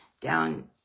down